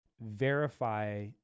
verify